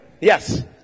Yes